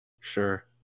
Sure